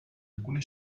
alcune